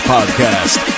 Podcast